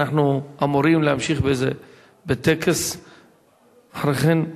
אנחנו אמורים להמשיך בטקס אחרי כן.